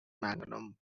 magnum